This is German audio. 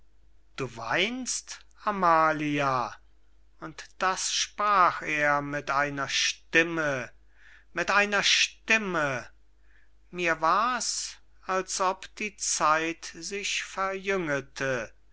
du weinst amalia und das sprach er mit einer stimme mit einer stimme mir wars als ob die natur sich verjüngete